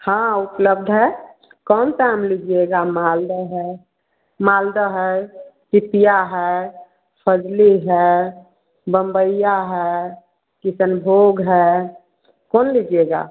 हँ उपलब्ध है कौन सा आम लीजिएगा मालदा है मालदा है पिपया है फजली है बम्बईया है किसनभोग है कौन लीजिएगा